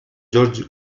george